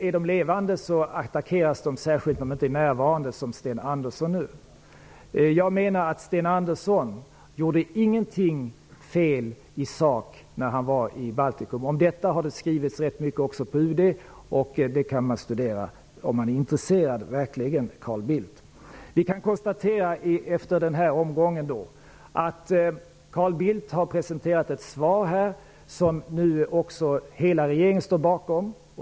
Är de levande attackeras de, särskilt om de inte är närvarande, som Sten Andersson nu. Jag menar att Sten Andersson inte gjorde någonting fel i sak när han var i Baltikum. Om detta har det skrivits rätt mycket på UD, och det kan man studera om man är verkligen intresserad, Carl Bildt. Vi kan konstatera efter den här omgången att Carl Bildt har presenterat ett svar som nu också hela regeringen står bakom.